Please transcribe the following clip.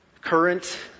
current